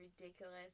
ridiculous